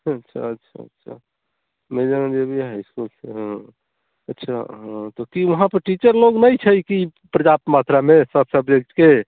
अच्छा अच्छा अच्छा हाइ इसकुलसँ अच्छा हँ तऽ कि उहाँपर टीचर लोक नहि छै कि पर्याप्त मात्रामे सभ सब्जेक्टके